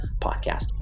podcast